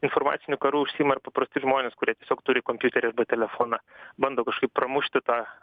informaciniu karu užsiima ir paprasti žmonės kurie tiesiog turi kompiuterį arba telefoną bando kažkaip pramušti tą